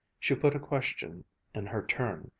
she put a question in her turn,